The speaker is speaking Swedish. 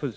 Det